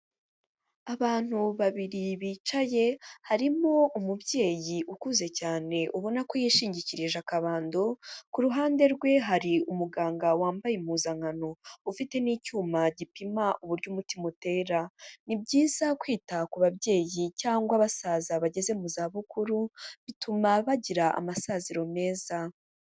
Abantu babiri bicaye harimo umubyeyi ukuze cyane ubona ko yishingikirije akabando, ku ruhande rwe hari umuganga wambaye impuzankano ufite n'icyuma gipima uburyo umutima utera, ni byiza kwita ku babyeyi cyangwa abasaza bageze mu zabukuru bituma bagira amasaziro meza.